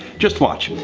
just watch.